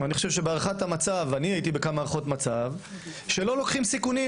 אני הייתי בכמה הערכות מצב, לא לוקחים סיכונים.